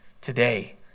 today